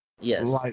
Yes